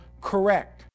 correct